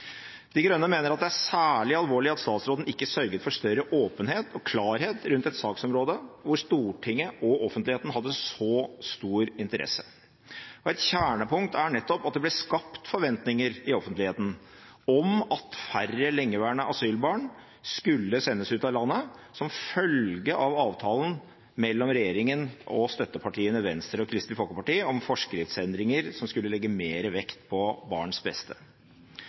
De Grønne mener at det er særlig alvorlig at statsråden ikke sørget for større åpenhet og klarhet rundt et saksområde av så stor interesse for Stortinget og offentligheten. Et kjernepunkt er nettopp at det ble skapt forventninger i offentligheten om at færre lengeværende asylbarn skulle sendes ut av landet, som følge av avtalen mellom regjeringen og støttepartiene Venstre og Kristelig Folkeparti om forskriftsendringer som skulle legge mer vekt på barns beste.